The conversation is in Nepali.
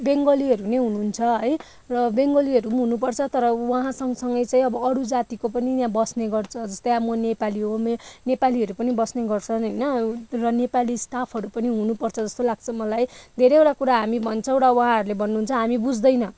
बङ्गालीहरू नै हुनुहुन्छ है र बङ्गालीहरू हुनुपर्छ तर उहाँ सँगसँगै चाहिँ अब अरू जातिको पनि त्यहाँ बस्ने गर्छ जस्तै म नेपाली हो नेपालीहरू पनि बस्ने गर्छ होइन र नेपाली स्टाफहरू पनि हुनुपर्छ जस्तो लाग्छ मलाई धेरैवटा कुरा हामी भन्छौँ र एउटा उहाँहरूले भन्नुहुन्छ हामी बुझ्दैन